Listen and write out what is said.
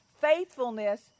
faithfulness